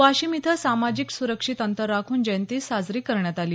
वाशिम इथं सामाजिक सुरक्षित अंतर राखून जयंती साजरी करण्यात आली